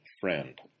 friend